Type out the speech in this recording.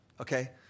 Okay